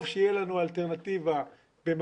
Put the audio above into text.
טוב שתהיה לנו אלטרנטיבה במקביל